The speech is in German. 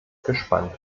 gespannt